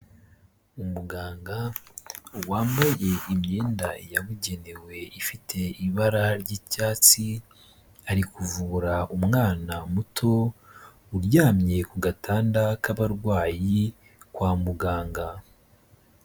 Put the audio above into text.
Umuganga wambaye imyenda yabugenewe ifite ibara ry'icyatsi, ari kuvura umwana muto uryamye ku gatanda k'abarwayi kwa muganga.